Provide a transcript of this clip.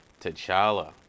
T'Challa